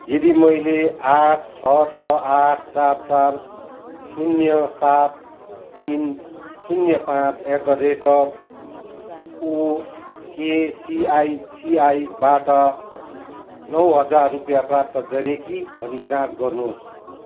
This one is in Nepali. यदि मैले आठ छ छ आठ चार चार शून्य सात तिन शून्य पाँच एट द रेट अफ ओकेसिआइसिआईबाट नौ हजार रुपियाँ प्राप्त गरेँ कि भनी जाँच गर्नुहोस्